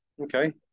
Okay